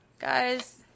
Guys